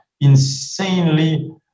Insanely